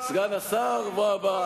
סגן השר והבה,